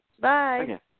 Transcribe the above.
Bye